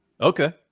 Okay